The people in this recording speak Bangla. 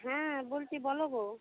হ্যাঁ বলছি বলো গো